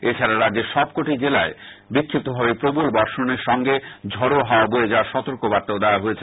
এছাড়া রাজ্যের সব কয়টি জেলায় বিষ্ফিপ্তভাবে প্রবল বর্ষণ সঙ্গে ঝডো হাওয়া বয়ে যাওয়ার সতর্কবার্তাও দেওয়া হয়েছে